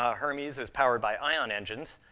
ah hermes is powered by ion engines,